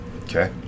Okay